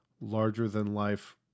larger-than-life